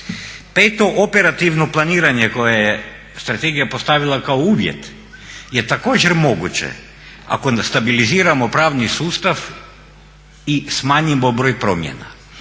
5. operativno planiranje koje je strategija postavila kao uvjet je također moguće ako stabiliziramo pravni sustav i smanjimo broj promjena.